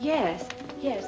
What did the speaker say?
yes yes